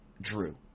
Drew